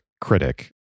critic